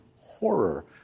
horror